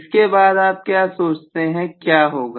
इसके बाद आप क्या सोचते हैं क्या होगा